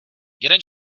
jeden